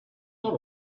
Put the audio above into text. not